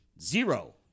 Zero